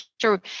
sure